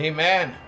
Amen